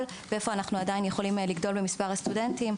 מאוד ואיפה אנחנו עדיין יכולים להגדיל את מספר הסטודנטים.